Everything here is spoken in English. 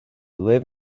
live